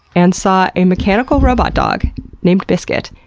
and saw a mechanical robot dog named biscuit,